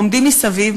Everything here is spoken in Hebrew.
עומדים מסביב,